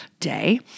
day